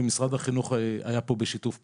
ומשרד החינוך היה פה בשיתוף פעולה,